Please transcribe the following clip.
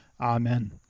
Amen